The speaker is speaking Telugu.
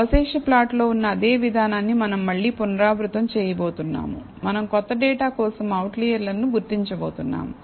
అవశేష ప్లాట్ లో ఉన్న అదే విధానాన్ని మనం మళ్ళీ పునరావృతం చేయబోతున్నాము మనం క్రొత్త డేటా కోసం అవుట్లర్లను గుర్తించబోతున్నాము